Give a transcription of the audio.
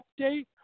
update